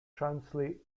translate